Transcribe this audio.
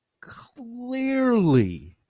Clearly